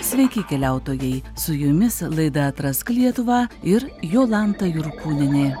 sveiki keliautojai su jumis laida atrask lietuvą ir jolanta jurkūnienė